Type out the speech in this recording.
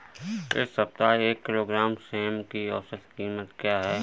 इस सप्ताह एक किलोग्राम सेम की औसत कीमत क्या है?